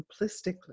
simplistically